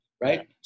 right